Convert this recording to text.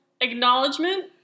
acknowledgement